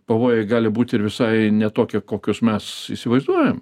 pavojai gali būt ir visai ne tokie kokius mes įsivaizduojam